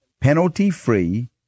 penalty-free